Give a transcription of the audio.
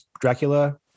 Dracula